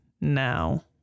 now